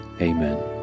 Amen